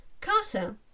Carter